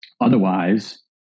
Otherwise